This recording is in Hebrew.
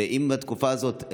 האם בתקופה הזאת,